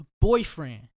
boyfriend